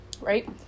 right